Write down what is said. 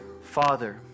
Father